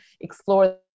explore